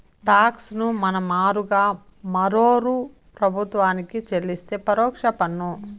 talks ను మన మారుగా మరోరూ ప్రభుత్వానికి చెల్లిస్తే పరోక్ష పన్ను